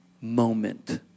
moment